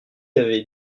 avait